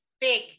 big